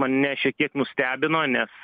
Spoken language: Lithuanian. mane šiek kiek nustebino nes